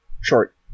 Short